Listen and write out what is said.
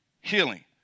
healing